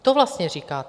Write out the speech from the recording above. To vlastně říkáte.